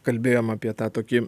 kalbėjom apie tą tokį